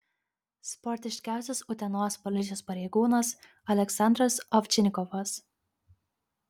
sportiškiausias utenos policijos pareigūnas aleksandras ovčinikovas